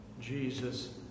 Jesus